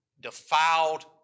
defiled